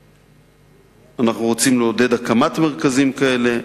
אנחנו רוצים לעודד הקמת מרכזים כאלה,